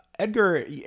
Edgar